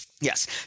Yes